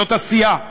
זאת עשייה.